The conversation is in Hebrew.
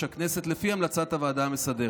הכנסת לפי המלצת הוועדה המסדרת.